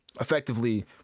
effectively